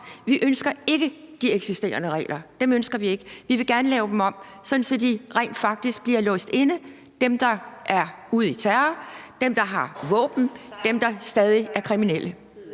Vi ønsker ikke de eksisterende regler; dem ønsker vi ikke. Vi vil gerne lave dem om, sådan at dem, der er ude i terror, dem, der har våben, og dem, der stadig er kriminelle,